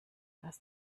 gast